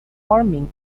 farming